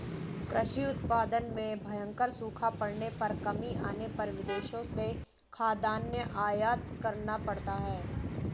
कृषि उत्पादन में भयंकर सूखा पड़ने पर कमी आने पर विदेशों से खाद्यान्न आयात करना पड़ता है